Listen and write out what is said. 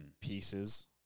pieces